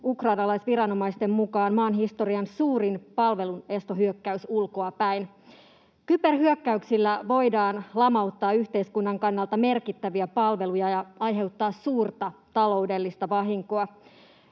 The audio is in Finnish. ukrainalaisviranomaisten mukaan maan historian suurin palvelunestohyökkäys ulkoapäin. Kyberhyökkäyksillä voidaan lamauttaa yhteiskunnan kannalta merkittäviä palveluja ja aiheuttaa suurta taloudellista vahinkoa.